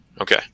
Okay